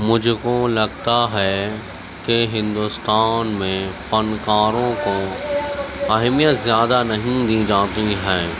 مجھ کو لگتا ہے کہ ہندوستان میں فنکاروں کو اہمیت زیادہ نہیں دی جاتی ہے